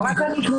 לא רק הנכנסת.